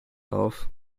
auf